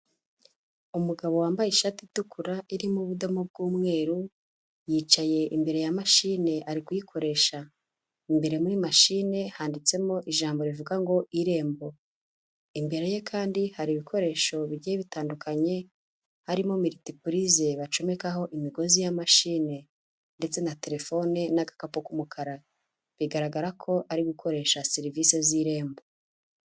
Umugabo wambaye ishati itukura irimo ubudomu bw'umweru yicaye imbere ya mashine ari kuyikoresha, imbere muri mashine handitsemo ijambo rivuga ngo Irembo, imbere ye kandi hari ibikoresho bigiye bitandukanye harimo miritipurize bacomekaho imigozi y'amashine ndetse na telefone n'agakapu k'umukara bigaragara ko ari gukoresha serivisi z'Irembo.